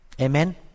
Amen